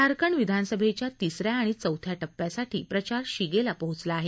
झारखंड विधानसभेच्या तिसऱ्या आणि चौथ्या टप्प्यासाठी प्रचार शिगेला पोहोचला आहे